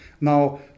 Now